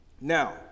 Now